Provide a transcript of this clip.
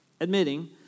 admitting